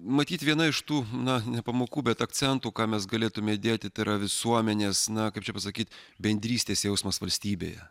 matyt viena iš tų na ne pamokų bet akcentų ką mes galėtume dėti tai yra visuomenės na kaip čia pasakyt bendrystės jausmas valstybėje